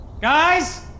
Guys